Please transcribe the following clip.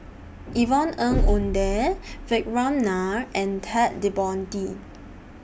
Yvonne Ng Uhde Vikram Nair and Ted De Ponti